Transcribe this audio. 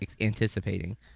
anticipating